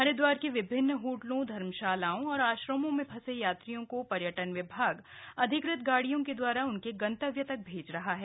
हरिद्वार के विभिन्न होटलों धर्मशालाओं और आश्रमों में फंसे यात्रियों को पर्यटन विभाग अधिकृत गाड़ियों के द्वारा उनके गंतव्य तक भेज रहा है